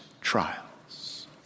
trials